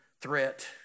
threat